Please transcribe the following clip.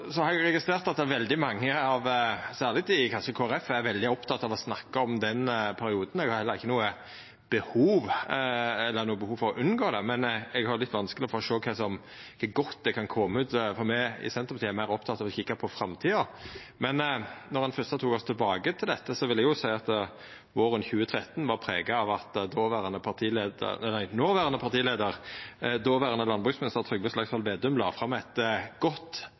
har eg registrert at veldig mange – kanskje særleg i Kristeleg Folkeparti – er veldig opptekne av å snakka om den perioden. Eg har ikkje noko behov for å unngå det, men eg har litt vanskeleg for å sjå kva godt kan koma ut av det, for me i Senterpartiet er meir opptekne av å kikka på framtida. Men når ein fyrst tok oss tilbake til dette, vil eg seia at våren 2013 var prega av at noverande partileiar, dåverande landbruksminister, Trygve Slagsvold Vedum, la fram eit godt